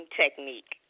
technique